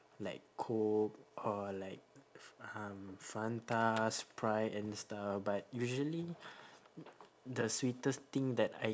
like coke or like f~ um fanta sprite and stuff but usually the sweetest thing that I